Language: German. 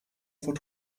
von